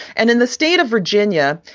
and in the state of virginia,